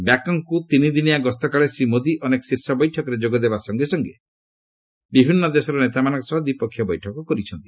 ବ୍ୟାଙ୍କକ୍କୁ ତିନି ଦିନିଆ ଗସ୍ତ କାଳରେ ଶ୍ରୀ ମୋଦୀ ଅନେକ ଶୀର୍ଷ ବୈଠକରେ ଯୋଗ ଦେବା ସଙ୍ଗେ ସଙ୍ଗେ ବିଭିନ୍ନ ଦେଶର ନେତାମାନଙ୍କ ସହ ଦ୍ୱିପକ୍ଷିୟ ବୈଠକ କରିଛନ୍ତି